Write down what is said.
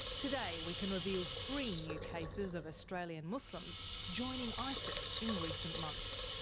today we can reveal three new cases of australian muslims joining isis in recent months.